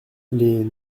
les